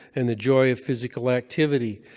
and the joy of physical activity.